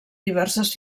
diverses